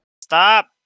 Stop